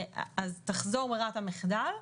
תחזור בררת המחדל,